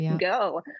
go